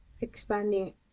expanding